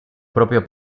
propio